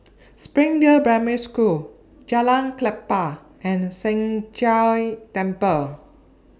Springdale Primary School Jalan Klapa and Sheng Jia Temple